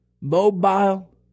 mobile